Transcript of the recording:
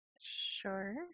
Sure